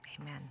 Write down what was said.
Amen